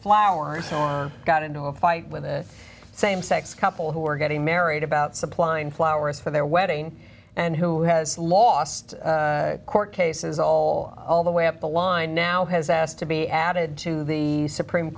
flowers and got into a fight with a same sex couple who are getting married about supplying flowers for their wedding and who has lost court cases all all the way up the line now has asked to be added to the supreme